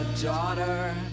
daughter